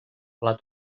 plat